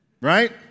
right